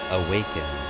awaken